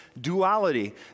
duality